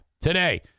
today